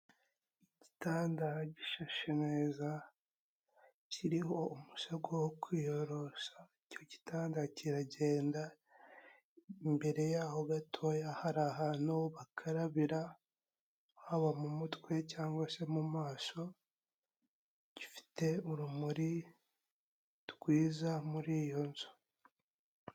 Igitanda gishashe neza kiriho umusego wo kwiyorosa, icyo gitanda kiragenda, imbere y'aho gatoya hari ahantu bakarabira haba mu mutwe cyangwa se mu maso, gifite urumuri rwiza muri iyo nzu.